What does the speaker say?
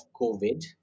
COVID